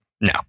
No